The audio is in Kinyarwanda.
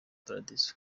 paradizo